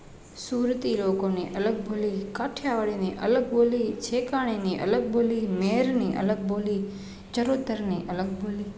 સુરતી લોકોને અલગ બોલી કાઠિયાવાડીની અલગ બોલી છેકાણીની અલગ બોલી મેરની અલગ બોલી ચરોતરની અલગ બોલી